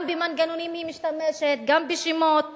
גם במנגנונים היא משתמשת, גם בשמות